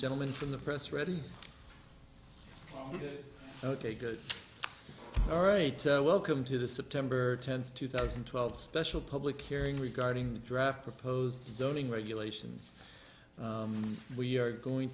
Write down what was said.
gentleman from the press ready ok good all right welcome to the september tenth two thousand and twelve special public hearing regarding the draft proposed zoning regulations we are going